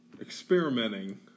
experimenting